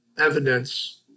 evidence